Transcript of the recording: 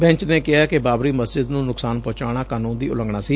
bench ਨੇ ਕਿਹਾ ਏ ਕਿ ਬਾਬਰੀ ਮਸਜਿਸ ਨੂੰ ਨੁਕਸਾਨ ਪਹੁੰਚਾਉਣਾ ਕਾਨੂੰਨ ਦੀ ਉਲੰਘਣਾ ਸੀ